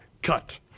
cut